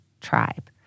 tribe